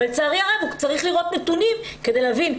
אבל לצערי הרב צריך לראות נתונים כדי להבין.